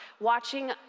watching